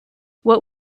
what